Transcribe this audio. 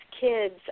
kids